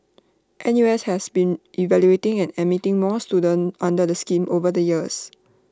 N U S has been evaluating and admitting more students under the scheme over the years